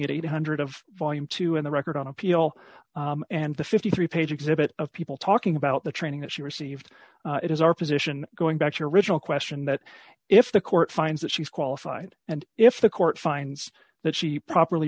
training eight hundred of volume two in the record on appeal and the fifty three page exhibit of people talking about the training that she received it is our position going back to your original question that if the court finds that she's qualified and if the court finds that she properly